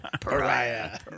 Pariah